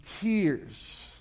tears